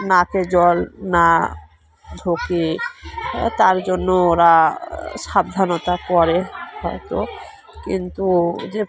নাকে জল না ঢোকে তার জন্য ওরা সাবধানতা করে হয়তো কিন্তু যে